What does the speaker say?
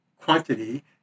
quantity